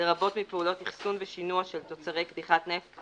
לרבות מפעולות אחסון ושינוע של תוצרי קדיחת נפט,